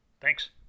Thanks